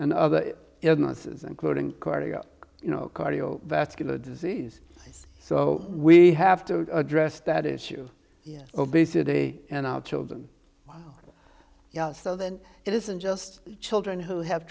and other illnesses including cardio you know cardio vascular disease so we have to address that issue yet obesity and our children so that it isn't just children who have